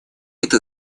это